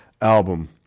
album